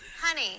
Honey